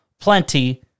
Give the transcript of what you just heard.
plenty